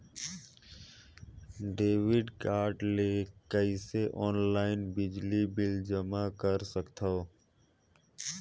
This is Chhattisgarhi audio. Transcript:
डेबिट कारड ले कइसे ऑनलाइन बिजली बिल जमा कर सकथव?